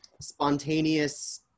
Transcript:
spontaneous